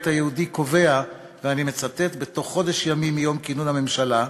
היהודי קובע: "בתוך חודש ימים מיום כינון הממשלה,